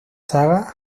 sagas